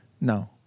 no